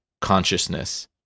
consciousness